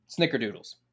snickerdoodles